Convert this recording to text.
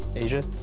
asia.